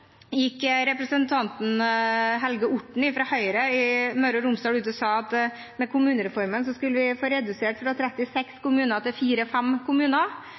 gikk representanten Helge Orten, fra Høyre i Møre og Romsdal, rundt og sa at med kommunereformen skulle vi få redusert antallet der fra 36 kommuner til 4–5 kommuner.